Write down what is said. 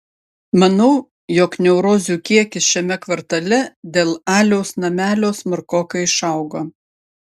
manau jog neurozių kiekis šiame kvartale dėl aliaus namelio smarkokai išaugo